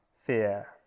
fear